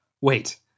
Wait